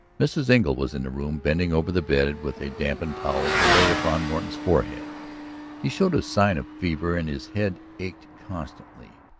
mrs. engle was in the room, bending over the bed with a dampened towel to lay upon norton's forehead he showed a sign of fever and his head ached constantly.